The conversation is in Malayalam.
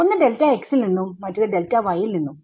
ഒന്ന് ൽ നിന്നും മറ്റേത് ൽ നിന്നും